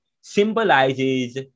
symbolizes